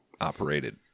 operated